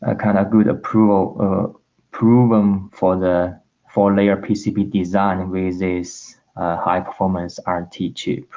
ah kind of good approval program for the four layer pcb design with this high performance art teacher